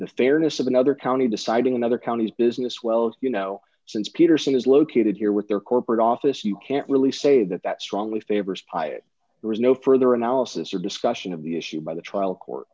the fairness of another county deciding another county's business well as you know since petersen is located here with their corporate office you can't really say that that strongly favors pyatt there is no further analysis or discussion of the issue by the trial court